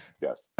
Yes